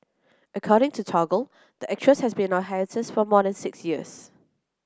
according to Toggle the actress has been on a hiatus for more than six years